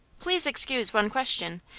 please excuse one question.